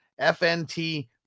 FNT